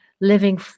living